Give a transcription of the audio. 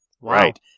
right